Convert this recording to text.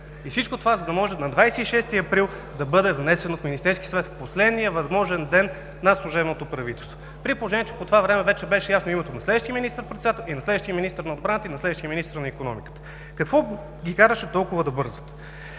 И всичко това, за да може на 26 април да бъде внесено в Министерския съвет, в последния възможен ден на служебното правителство, при положение че по това време беше ясно името на следващия министър-председател, на следващия министър на отбраната и на следващия министър на икономиката! Какво ги караше толкова да бързат?!